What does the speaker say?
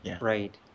Right